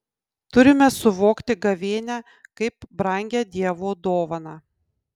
turime suvokti gavėnią kaip brangią dievo dovaną